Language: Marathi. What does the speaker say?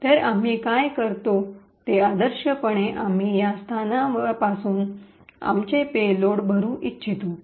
तर आम्ही काय करतो ते आदर्शपणे आम्ही या स्थानापासून आमचे पेलोड भरू इच्छितो